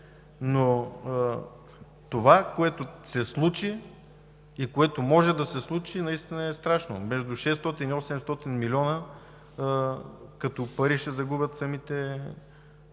Но това, което се случи и което може да се случи, наистина е страшно – между 600 – 800 милиона като пари, ще загубят самите